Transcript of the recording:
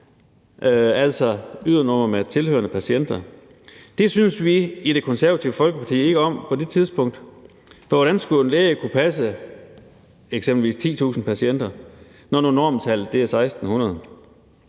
altså ydernumre med tilhørende patienter. Det syntes vi i Det Konservative Folkeparti ikke om på det tidspunkt, for hvordan skulle en læge kunne passe eksempelvis 10.000 patienter, når nu normtallet er 1.600?